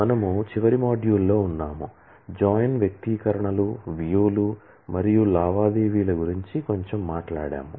మనము చివరి మాడ్యూల్లో ఉన్నాము జాయిన్ వ్యక్తీకరణలు వ్యూ లు మరియు లావాదేవీల గురించి కొంచెం మాట్లాడాము